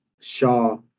Shaw